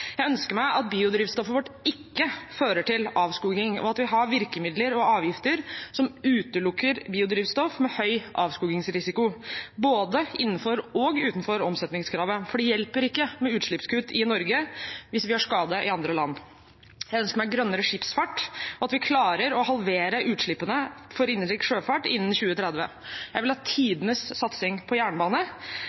Jeg ønsker at biodrivstoffet vårt ikke skal føre til avskoging, og at vi har virkemidler og avgifter som utelukker biodrivstoff med høy avskogingsrisiko, både innenfor og utenfor omsetningskravet, for det hjelper ikke med utslippskutt i Norge hvis vi gjør skade i andre land. Jeg ønsker meg grønnere skipsfart, og at vi klarer å halvere utslippene for innenriks sjøfart innen 2030. Jeg vil ha tidenes satsing på jernbane